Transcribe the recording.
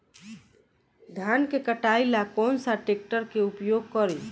धान के कटाई ला कौन सा ट्रैक्टर के उपयोग करी?